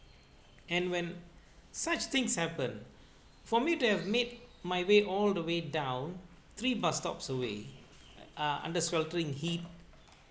and when such things happen for me to have made my way all the way down three bus stops away ah under sweltering heat